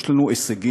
יש לנו הישגים,